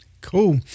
Cool